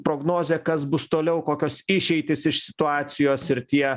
prognoze kas bus toliau kokios išeitys iš situacijos ir tie